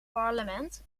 parlement